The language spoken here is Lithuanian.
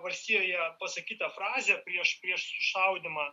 valstijoje pasakytą frazę prieš prieš sušaudymą